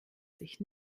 sich